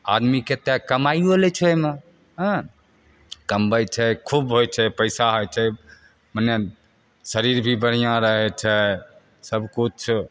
आदमी केते कमाइयो लै छै ओहिमे हँ कमबै छै खूब होइ छै पैसा होइ छै मने शरीर भी बढ़ियाँ रहै छै सबकिछु